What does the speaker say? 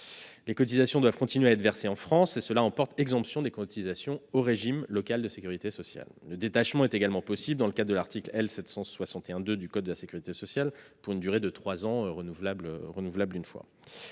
Les cotisations doivent continuer d'être versées en France, et cela emporte effectivement exemption de cotisations au régime local de sécurité sociale. Le détachement est également possible dans le cadre de l'article L. 761-2 du code de la sécurité sociale, pour une durée de trois ans, renouvelable une fois.